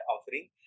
offering